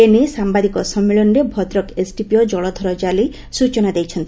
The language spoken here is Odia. ଏନେଇ ସାମ୍ଘାଦିକ ସମ୍ମିଳନୀରେ ଭଦ୍ରକ ଏସ୍ଡିପିଓ ଜଳଧର ଜାଲି ସ୍ଚନା ଦେଇଛନ୍ତି